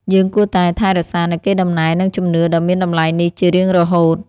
យើងគួរតែថែរក្សានូវកេរដំណែល និងជំនឿដ៏មានតម្លៃនេះជារៀងរហូត។